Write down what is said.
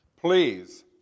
please